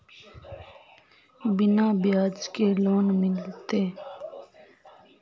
बिना ब्याज के लोन मिलते?